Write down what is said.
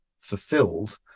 fulfilled